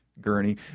gurney